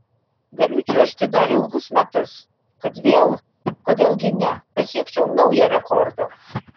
galiu čiuožti dar ilgus metus kad vėl kodėl gi ne pasiekčiau naują rekordą